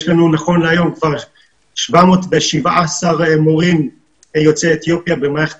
יש לנו נכון להיום כבר 717 מורים יוצאי אתיופיה במערכת